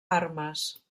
armes